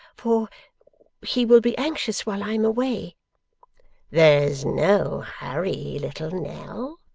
for he will be anxious while i am away there's no hurry, little nell,